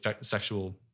sexual